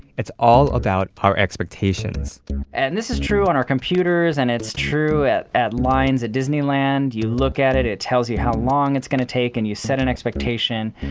it's all about our expectations and this is true on our computers and it's it's true at at lines at disneyland. you look at it, it tells you how long it's going to take and you set an expectation.